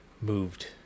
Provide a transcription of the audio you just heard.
moved